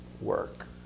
work